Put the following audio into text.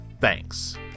Thanks